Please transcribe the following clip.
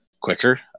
quicker